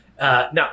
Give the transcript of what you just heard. Now